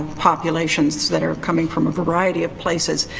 populations that are coming from a variety of places.